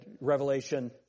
Revelation